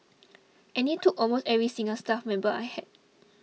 and he took almost every single staff member I had